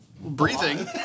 breathing